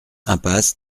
impasse